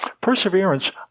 Perseverance